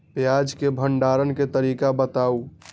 प्याज के भंडारण के तरीका बताऊ?